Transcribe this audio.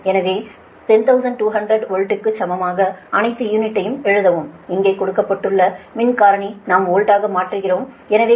எனவே 10200 வோல்ட்க்கு சமமாக அனைத்து யூனிட்டையும் எழுதவும் இங்கே கொடுக்கப்பட்டுள்ள மின் காரணி நாம் வோல்டாக மாற்றுகிறோம் எனவே cos R 0